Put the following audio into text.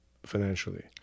financially